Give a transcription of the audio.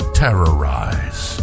terrorize